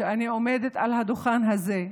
כשאני עומדת על הדוכן הזה: